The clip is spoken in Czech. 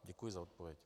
Děkuji za odpověď.